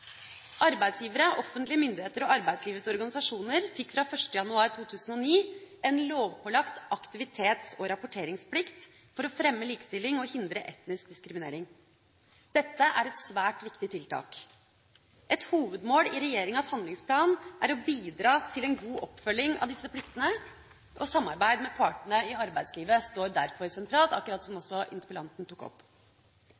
Arbeidsgivere, offentlige myndigheter og arbeidslivets organisasjoner fikk fra 1. januar 2009 en lovpålagt aktivitets- og rapporteringsplikt for å fremme likestilling og hindre etnisk diskriminering. Dette er et svært viktig tiltak. Et hovedmål i regjeringas handlingsplan er å bidra til en god oppfølging av disse pliktene, og samarbeid med partene i arbeidslivet står derfor sentralt – akkurat som